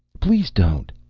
please don't!